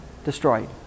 destroyed